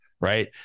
right